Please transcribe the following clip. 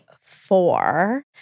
four